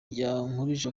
yankurije